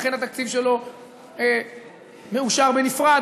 ולכן התקציב שלו מאושר בנפרד,